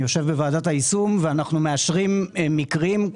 אני יושב בוועדת היישום ואנחנו מאשרים מקרים.